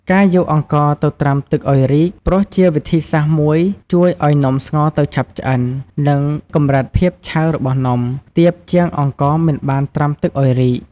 ការយកអង្ករទៅត្រាំទឹកឱ្យរីក ព្រោះជាវិធីសាស្រ្តមួយជួយឱ្យនំស្ងោរទៅឆាប់ឆ្អិន និងកម្រិតភាពឆៅរបស់នំ ទាបជាងអង្ករមិនបានត្រាំទឹកឱ្យរីក។